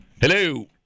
Hello